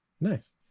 nice